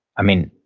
i mean,